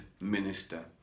minister